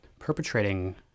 perpetrating